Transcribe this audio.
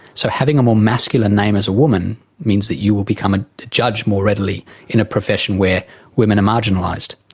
so having a more masculine name as a woman means that you will become a judge more readily in a profession where women are marginalised.